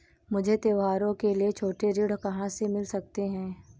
मुझे त्योहारों के लिए छोटे ऋण कहाँ से मिल सकते हैं?